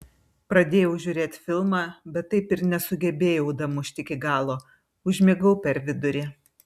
pradėjau žiūrėt filmą bet taip ir nesugebėjau damušt iki galo užmigau per vidurį